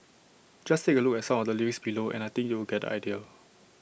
just take A look at some of the lyrics below and I think you'll get the idea